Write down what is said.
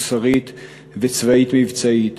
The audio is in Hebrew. מוסרית וצבאית-מבצעית.